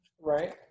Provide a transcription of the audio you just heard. Right